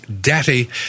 daddy